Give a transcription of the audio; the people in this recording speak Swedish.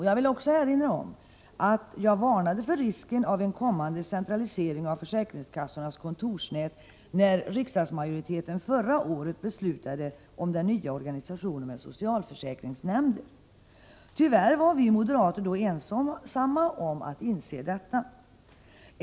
Jag vill också erinra om att jag varnade för risken av en kommande centralisering av försäkringskassornas kontorsnät när riksdagsmajoriteten förra året beslutade om den nya organisationen med socialförsäkringsnämn der. Tyvärr var vi moderater ensamma om att inse detta.